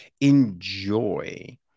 enjoy